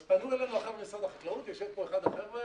אז פנו אלינו החבר'ה ממשרד החקלאות יושב פה אחד מהחבר'ה,